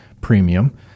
premium